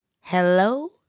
Hello